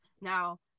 Now